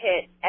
hit